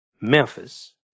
Memphis